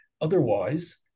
otherwise